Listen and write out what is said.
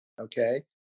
Okay